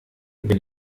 bin